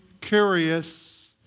curious